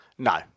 No